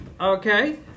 Okay